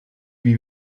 wie